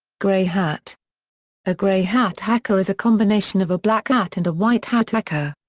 grey hat a grey hat hacker is a combination of a black hat and a white hat hacker.